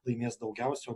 laimės daugiausiai o